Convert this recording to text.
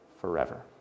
forever